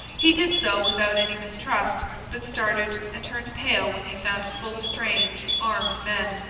he did so without any mistrust, but started and turned pale when he found it full of strange armed men.